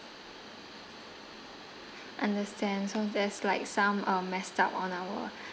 understand so there's like some um messed up on our